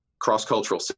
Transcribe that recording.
cross-cultural